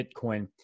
Bitcoin